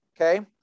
Okay